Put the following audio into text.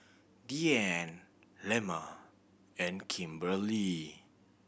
Dianne Lemma and Kimberlee